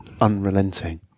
unrelenting